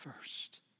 first